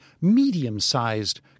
medium-sized